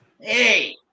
hey